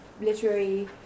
literary